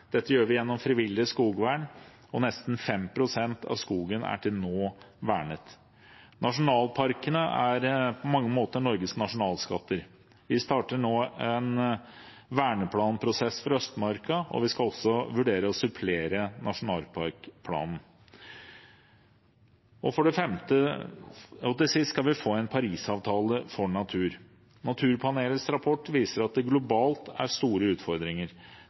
Dette gjør vi gjennom frivillig skogvern. Nesten 5 pst. av skogen er til nå vernet. Nasjonalparkene er på mange måter Norges nasjonalskatter. Vi starter nå en verneplanprosess for Østmarka, og vi skal også vurdere å supplere nasjonalparkplanen. For det femte skal vi få en parisavtale for natur: Naturpanelets rapport viser at det globalt er store utfordringer.